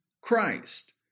Christ